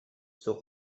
zur